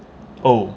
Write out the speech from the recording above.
oh